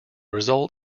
result